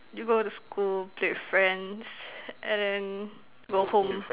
you go to school play with friends and then go home